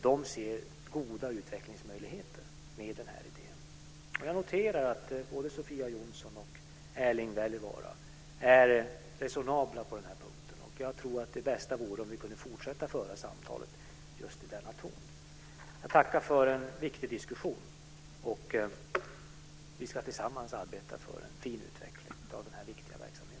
De ser goda utvecklingsmöjligheter med den här idén. Jag noterar att både Sofia Jonsson och Erling Wälivaara är resonabla på den här punkten. Jag tror att det bästa vore om vi kunde fortsätta att föra samtalet just i denna ton. Jag tackar för en viktig diskussion. Vi ska tillsammans arbeta för en fin utveckling av denna viktiga verksamhet.